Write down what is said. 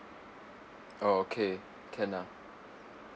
oh okay can ah